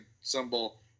symbol